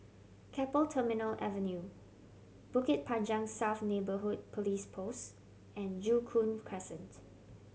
Keppel Terminal Avenue Bukit Panjang South Neighbourhood Police Post and Joo Koon Crescent